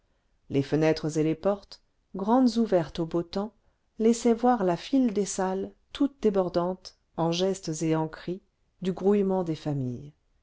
les fenêtres et les portes grandes ouvertes au beau temps laissaient voir la file des salles toutes débordantes en gestes et en cris du grouillement des familles